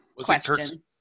question